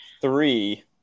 three